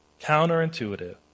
counterintuitive